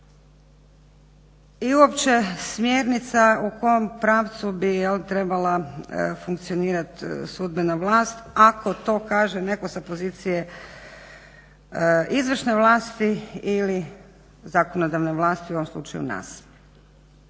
I uopće smjernica u kom pravcu bi trebala funkcionirati sudbena vlast ako to kaže netko sa pozicije izvršne vlasti ili zakonodavne vlasti u ovom slučaju nas.